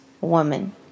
woman